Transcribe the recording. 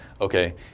okay